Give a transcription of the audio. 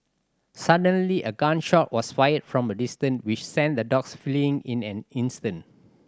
suddenly a gun shot was fired from a distance which sent the dogs fleeing in an instant